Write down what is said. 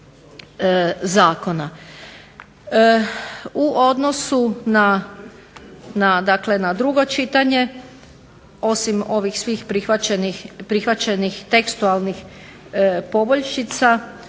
na dakle na drugo čitanje osim svih prihvaćenih tekstualnih poboljšica